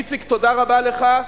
איציק, תודה רבה לך.